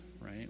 right